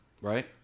right